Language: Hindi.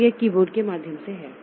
तो यह कीबोर्ड के माध्यम से है